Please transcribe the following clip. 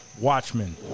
Watchmen